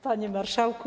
Panie Marszałku!